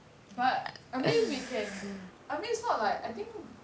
but I mean we can I mean it's not like I think